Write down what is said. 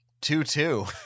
Two-two